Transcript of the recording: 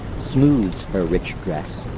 smooths her rich dress,